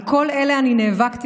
על כל אלה אני נאבקתי,